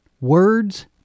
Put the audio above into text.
words